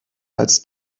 als